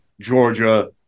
Georgia